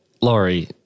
Laurie